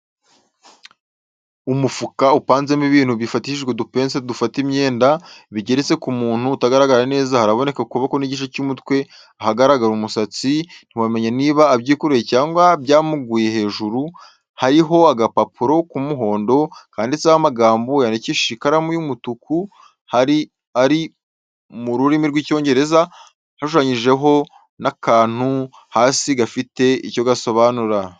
Umufuka upanzemo ibintu bifatishijwe udupense dufata imyenda, bigeretse ku muntu utagaragara neza, haraboneka ukuboko n'igice cy'umutwe ahagaragara umusatsi, ntiwamenya niba abyikoreye cyangwa byamuguye hejuru, hariho agapapuro k'umuhondo kanditseho amagambo yandikishijwe ikaramu y'umutuku ari mu rurimi rw'Icyongereza hashushanije ho n'akantu hasi gafite icyo gasobanura.